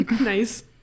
nice